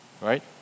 right